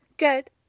good